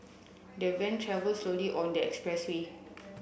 the van travelled slowly on the expressway